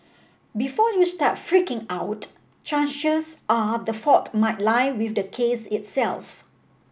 before you start freaking out chances are the fault might lie with the case itself